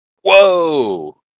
Whoa